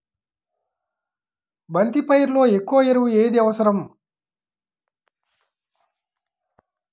బంతి పైరులో ఎక్కువ ఎరువు ఏది అవసరం?